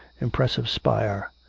impressive spire.